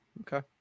Okay